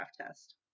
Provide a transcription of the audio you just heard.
test